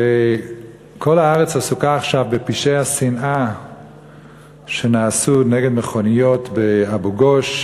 וכל הארץ עסוקה עכשיו בפשעי השנאה שנעשו נגד מכוניות באבו-גוש,